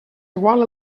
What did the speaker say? igual